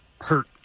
hurt